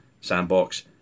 sandbox